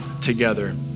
together